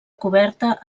coberta